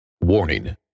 Warning